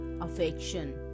affection